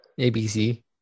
ABC